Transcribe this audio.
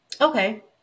Okay